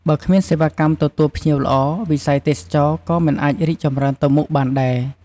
បើគ្មានសេវាកម្មទទួលភ្ញៀវល្អ វិស័យទេសចរណ៍ក៏មិនអាចរីកចម្រើនទៅមុខបានដែរ។